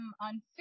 on